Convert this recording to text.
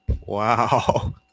wow